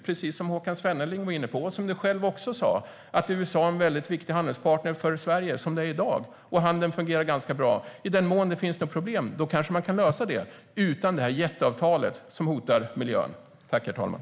Precis som Håkan Svenneling var inne på och som du själv också sa är USA en väldigt viktig handelspartner för Sverige som det är i dag, och handeln fungerar ganska bra. I den mån det finns något problem kanske man kan lösa det utan det här jätteavtalet som hotar miljön.